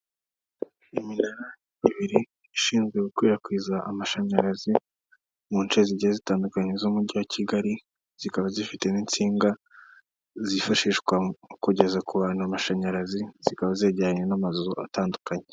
Iminara ibiri ishinzwe gukwirakwiza amashanyarazi mu nce zigiye zitandukanye z'umujyi wa kigali zikaba zifite n'itsinga zifashishwa kugeza ku bantu amashanyarazi zikaba zegereranye n'amazu atandukanye.